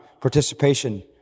participation